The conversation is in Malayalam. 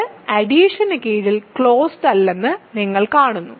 ഇത് എഡിഷന് കീഴിൽ ക്ലോസ്ഡ് അല്ലെന്ന് നിങ്ങൾ കാണുന്നു